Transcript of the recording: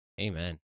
amen